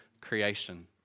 creation